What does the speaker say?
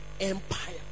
empire